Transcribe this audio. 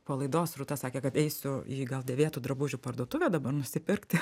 po laidos rūta sakė kad eisiu į gal dėvėtų drabužių parduotuvę dabar nusipirkti